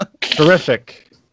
Terrific